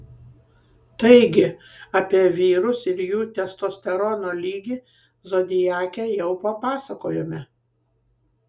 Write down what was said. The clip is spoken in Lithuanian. taigi apie vyrus ir jų testosterono lygį zodiake jau papasakojome